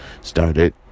started